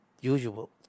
usual